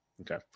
Okay